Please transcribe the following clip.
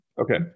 Okay